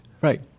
Right